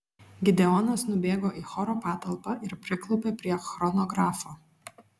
gideonas nubėgo į choro patalpą ir priklaupė prie chronografo